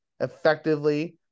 effectively